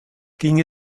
ging